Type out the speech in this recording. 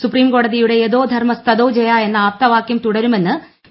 സുപ്രീംകോടതിയുടെ യതോ ധർമ്മ സ്തതോ ജയാ എന്ന ആപ്തവാകൃം തുടരുമെന്നും പി